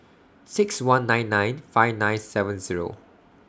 six one nine nine five nine seven Zero